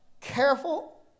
careful